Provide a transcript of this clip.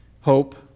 hope